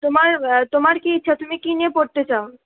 তোমার তোমার কী ইচ্ছা তুমি কী নিয়ে পড়তে চাও